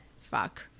Fuck